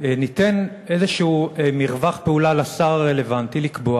ניתן איזה מרווח פעולה לשר הרלוונטי לקבוע